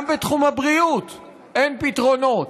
גם בתחום הבריאות אין פתרונות.